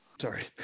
sorry